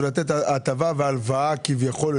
ולתת לך הלוואה והטבה יותר טובה כביכול.